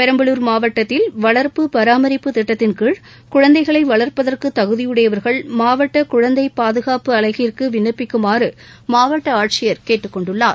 பெரம்பலூர் மாவட்டத்தில் வளர்ப்பு பராமரிப்புத் திட்டத்தின்கீழ் குழந்தைகளை வளர்ப்பதற்கு தகுதியுடையவர்கள் மாவட்ட குழந்தை பாதுகாப்பு அலகிற்கு விண்ணப்பிக்குமாறு மாவட்ட ஆட்சியர் கேட்டுக் கொண்டுள்ளார்